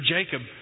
Jacob